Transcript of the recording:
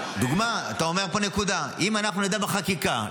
אומר פה נקודה: אז אם נדע בחקיקה,